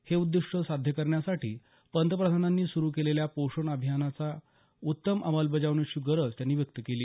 हे उद्दीष्ट साध्य करण्यासाठी पंतप्रधानांनी सुरू केलेल्या पोषण अभियानाच्या उत्तम अंमलबजावणीची गरजही त्यांनी व्यक्त केली